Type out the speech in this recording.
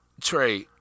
Trey